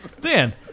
Dan